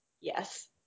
Yes